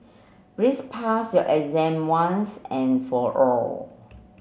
please pass your exam once and for all